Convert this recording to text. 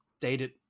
dated